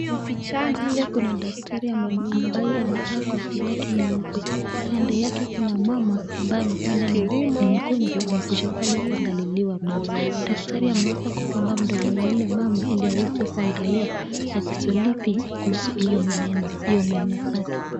Pale kuna daktari ambaye amevaa koti kaje nyeupe, kando yake kuna mama ambaye huenda ni mgonjwa amekuja pale kuangaliliwa meno, daktari ameweza kufungua mdomo ya ule mama ili aweze kuangalia tatizo lipi kuhusu hiyo meno zake.